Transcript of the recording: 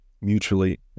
mutually